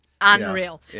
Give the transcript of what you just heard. Unreal